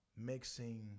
mixing